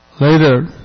later